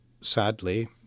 sadly